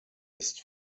ist